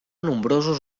nombrosos